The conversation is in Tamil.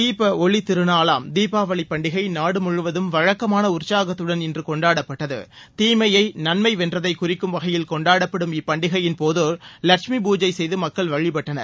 தீப ஒளித் திருநாளாம் தீபாவளி பண்டிகை நாடு முழுவதும் வழக்கமான உற்சாகத்துடன் இன்று கொண்டாடப்பட்டது தீமையை நன்மை வென்றதை குறிக்கும் வகையில் கொண்டாடப்படும் இப்பண்டிகையின்போது லட்சுமி பூஜை செய்து மக்கள் வழிபட்டனர்